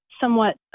somewhat